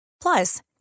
Plus